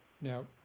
Now